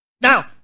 now